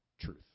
truth